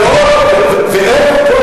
ואיפה חימום, ואיפה תעשייה?